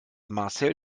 marcel